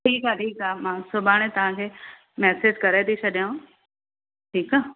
ठीकु आहे ठीकु आहे सुभांणे तव्हांखे मेसेज करे थी छॾियांव ठीकु आहे